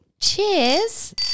cheers